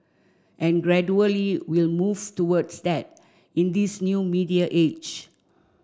and gradually we'll move towards that in this new media age